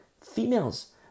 females